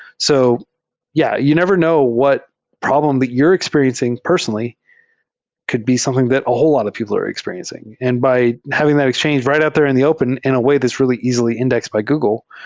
so yeah, you never know what problem that you're experiencing personally could be something that a whole lot of people are experiencing. and by having that exchange right out there in the open in a way that's really easily indexed by google,